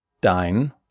dein